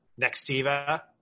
nextiva